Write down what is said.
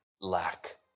lack